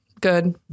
Good